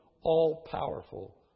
all-powerful